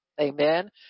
amen